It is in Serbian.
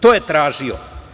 To je tražio.